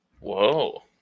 Whoa